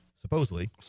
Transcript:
Supposedly